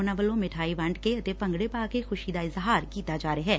ਉਨਾਂ ਵੱਲੋਂ ਮਿਠਾਈ ਵੰਡ ਕੇ ਅਤੇ ਭੰਗੜੇ ਪਾ ਕੇ ਖੁਸ਼ੀ ਦਾ ਇਜ਼ਹਾਰ ਕੀਤਾ ਜਾ ਰਿਹੈ